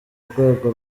rwego